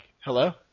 hello